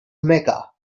mecca